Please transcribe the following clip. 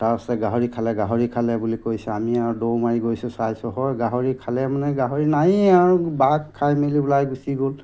তাৰপাছতে গাহৰি খালে গাহৰি খালে বুলি কৈছে আমি আৰু দৌৰ মাৰি গৈছোঁ চাইছোঁ হয় গাহৰি খালে মানে গাহৰি নায়েই আৰু বাঘ খাই মেলি ওলাই গুচি গ'ল